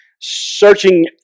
searching